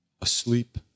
asleep